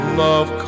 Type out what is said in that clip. love